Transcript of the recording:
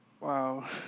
Wow